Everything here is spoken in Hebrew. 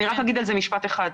אני רק אגיד על זה משפט אחד.